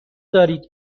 دارید